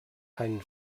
einen